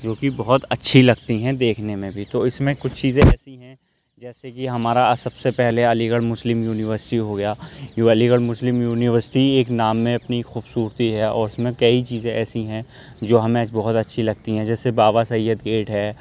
کیونکہ بہت اچھی لگتی ہیں دیکھنے میں بھی تو اس میں کچھ چیزیں ایسی ہیں جیسے کہ ہمارا سب سے پہلےعلی گڑھ مسلم یونیورسٹی ہو گیا جو علی گڑھ مسلم یونیورسٹی ایک نام میں اتنی خوبصورتی ہے اس میں کئی چیزیں ایسی ہیں جو ہمیں بہت اچھی لگتی ہیں جیسےکہ بابا سید گیٹ ہے